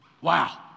Wow